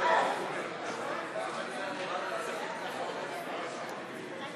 ההסתייגות (34) של קבוצת סיעת יש עתיד וקבוצת סיעת